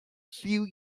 few